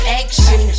action